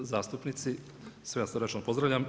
zastupnici, sve vas srdačno pozdravljam.